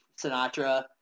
Sinatra